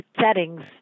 settings